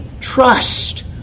trust